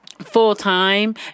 full-time